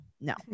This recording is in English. no